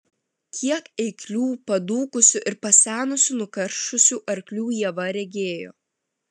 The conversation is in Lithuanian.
kiek eiklių padūkusių ir pasenusių nukaršusių arklių ieva regėjo